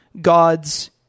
God's